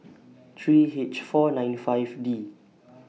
three H four nine five D